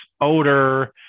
odor